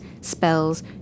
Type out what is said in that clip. spells